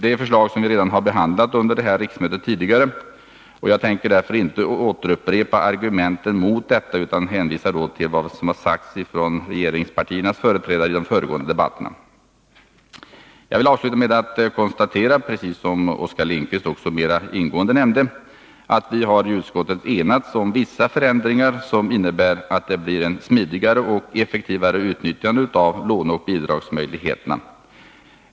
Det är förslag som redan har behandlats under detta riksmöte, och jag tänker därför inte upprepa argumenten mot detta, utan hänvisar då till vad som har sagts från regeringspartiernas företrädare i de föregående debatterna. Jag vill avsluta med att konstatera, precis som Oskar Lindkvist mera ingående redogjorde för, att vi i utskottet enats om vissa förändringar som innebär att det blir ett smidigare och effektivare utnyttjande av låneoch bidragsmöjligheterna med regeringens förslag.